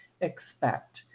expect